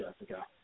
Jessica